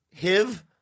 Hiv